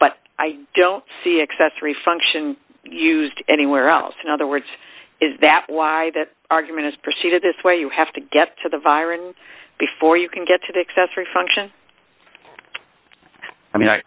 but i don't see accessory function used anywhere else in other words is that why that argument is proceeded this way you have to get to the veyron before you can get to the accessory function i mean